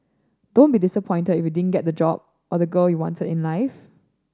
don't be disappointed if you didn't get the job or the girl you wanted in life